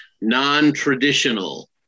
non-traditional